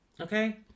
okay